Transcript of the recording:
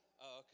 Okay